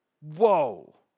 Whoa